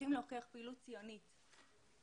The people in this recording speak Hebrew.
צריכים להוכיח פעילות ציונית או